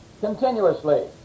continuously